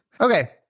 Okay